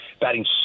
batting